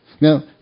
Now